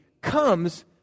comes